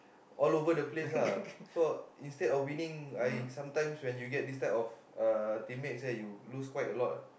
all over the place lah so instead of wining I sometimes when you get this type of teammates you lose quite a lot